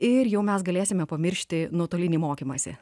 ir jau mes galėsime pamiršti nuotolinį mokymąsi